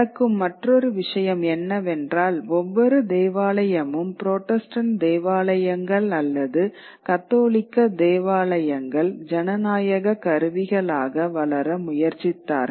நடக்கும் மற்றொரு விஷயம் என்னவென்றால் ஒவ்வொரு தேவாலயமும் புராட்டஸ்டன்ட் தேவாலயங்கள் அல்லது கத்தோலிக்க தேவாலயங்கள் ஜனநாயக கருவிகளாக வளர முயற்சித்தார்கள்